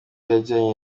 yajyanwe